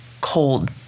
cold